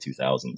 2000s